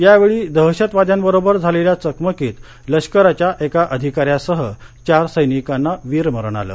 यावेळी दहशतवाद्याबरोबर झालेल्या चकमकीत लष्कराच्या एका अधिकाऱ्यासह चार सैनिकांना वीरमरण आलं